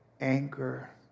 anger